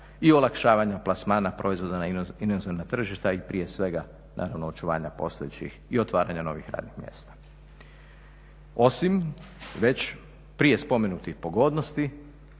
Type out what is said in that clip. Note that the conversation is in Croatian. i olakšavanja plasmana proizvoda na inozemna tržišta i prije svega naravno očuvanja postojećih i otvaranja novih radnih mjesta. Osim već prije spomenutih pogodnosti